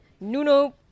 Nuno